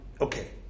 okay